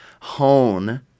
hone